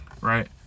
Right